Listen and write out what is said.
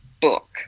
book